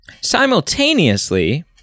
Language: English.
Simultaneously